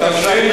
בחוק כתוב,